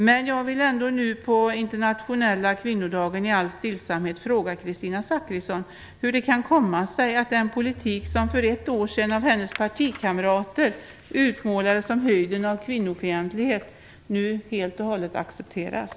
Men jag vill ändå i dag på den internationella kvinnodagen i all stillsamhet fråga Kristina Zakrisson hur det kan komma sig att den politik som för ett år sedan av hennes partikamrater utmålades som höjden av kvinnofientlighet nu helt och hållet accepteras.